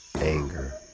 anger